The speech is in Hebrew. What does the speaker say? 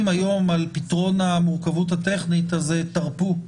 היום על פתרון המורכבות הטכנית הזו אז תרפו.